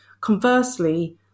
Conversely